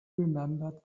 remembered